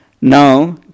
Now